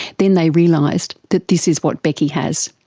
then they realised that this is what becky has.